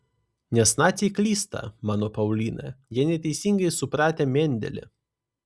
nes naciai klysta mano paulina jie neteisingai supratę mendelį